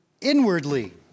inwardly